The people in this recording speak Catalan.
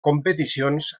competicions